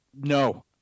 no